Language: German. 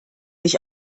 nicht